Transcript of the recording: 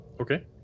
Okay